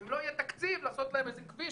אם לא יהיה תקציב לעשות להם איזה כביש